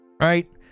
right